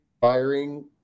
Firing